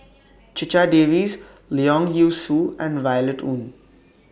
Checha Davies Leong Yee Soo and Violet Oon